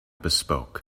bespoke